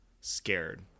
scared